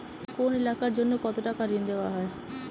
কোন এলাকার জন্য কত টাকা ঋণ দেয়া হয়?